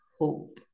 hope